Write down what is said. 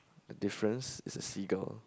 difference is a seagull